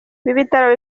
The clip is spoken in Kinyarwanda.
bitaro